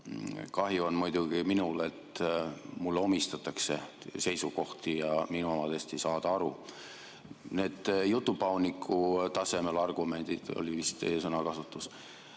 kahju on mul muidugi, et mulle omistatakse seisukohti ja minu omadest ei saada aru. Jutupauniku tasemel argumendid – nii oli vist teie sõnakasutus